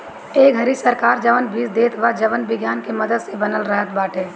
ए घरी सरकार जवन बीज देत बा जवन विज्ञान के मदद से बनल रहत बाटे